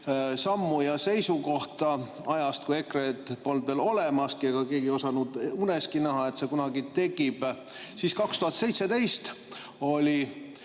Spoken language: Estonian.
sammu ja seisukohta ajast, kui EKRE-t polnud veel olemaski ja keegi ei osanud uneski näha, et see kunagi tekib, siis ütlen,